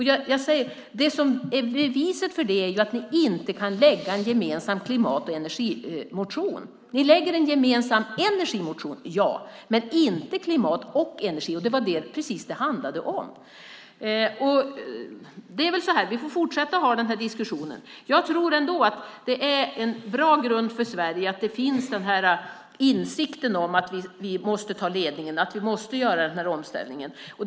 Beviset för det är ju att ni inte kan lägga fram en gemensam klimat och energimotion. Ni lägger en gemensam energimotion, ja, men inte en klimat och energimotion. Det var precis det som det handlade om. Vi får fortsätta att ha den här diskussionen. Jag tror ändå att det är en bra grund för Sverige att insikten om att vi måste ta ledningen finns, att vi måste göra den här omställningen.